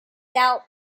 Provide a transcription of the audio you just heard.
doubt